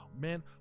Man